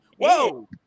Whoa